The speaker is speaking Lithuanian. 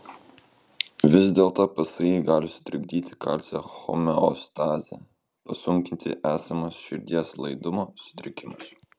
vis dėlto psi gali sutrikdyti kalcio homeostazę pasunkinti esamus širdies laidumo sutrikimus